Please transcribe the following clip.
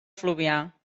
fluvià